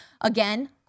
again